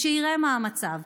שיראה מה המצב.